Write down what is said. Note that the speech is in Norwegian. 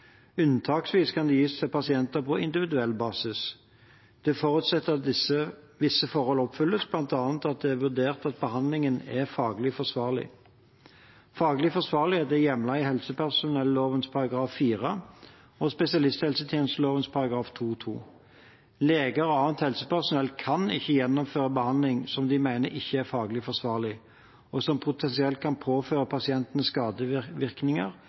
Unntaksvis kan det gis til pasienter på individuell basis. Det forutsetter at visse forhold oppfylles, bl.a. at det er vurdert at behandlingen er faglig forsvarlig. Faglig forsvarlighet er hjemlet i helsepersonelloven § 4 og spesialisthelsetjenesteloven § 2-2. Leger og annet helsepersonell kan ikke gjennomføre behandling som de mener ikke er faglig forsvarlig, og som potensielt kan påføre